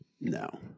No